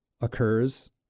occurs